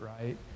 right